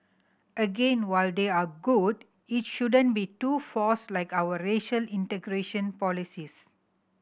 again while they are good it shouldn't be too forced like our racial integration policies